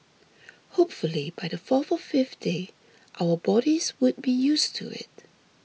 hopefully by the fourth or fifth day our bodies would be used to it